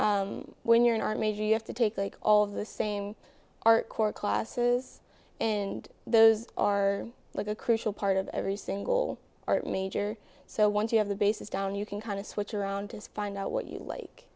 because when you're an art major you have to take all of the same our core classes and those are like a crucial part of every single art major so once you have the basics down you can kind of switch around to find out what you like